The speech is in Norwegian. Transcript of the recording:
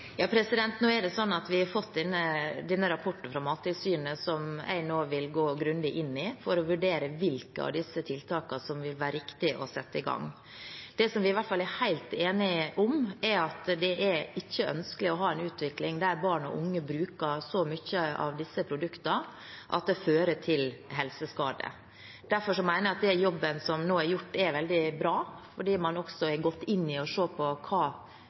Vi har fått denne rapporten fra Mattilsynet som jeg nå vil gå grundig inn i for å vurdere hvilke av disse tiltakene det vil være riktig å sette i gang. Det vi i hvert fall er helt enige om, er at det ikke er ønskelig med en utvikling der barn og unge bruker så mye av disse produktene at det fører til helseskade. Derfor mener jeg at den jobben som nå er gjort, er veldig bra fordi man også har gått inn og sett på i hvilket omfang disse produktene må inntas for at det skal være helseskadelig, man ser på hva